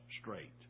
straight